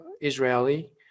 israeli